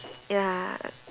ya